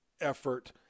effort